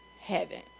heaven